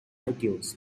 itunes